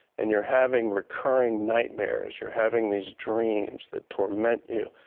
and you're having recurring nightmares. you're having these dreams that torment you.